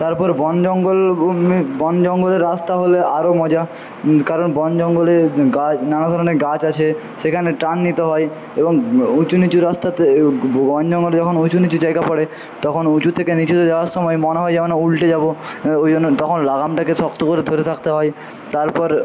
তারপর বন জঙ্গল বন জঙ্গলের রাস্তা হলে আরও মজা কারণ বন জঙ্গলে গাছ নানা ধরণের গাছ আছে সেখানে টার্ন নিতে হয় এবং উঁচু নীচু রাস্তাতে বন জঙ্গলে যখন উঁচু নীচু জায়গা পরে তখন উঁচুর থেকে নীচুতে যাওয়ার সময় মনে হয় যেন উল্টে যাবো ওই জন্য তখন লাগামটাকে শক্ত করে ধরে থাকতে হয় তারপর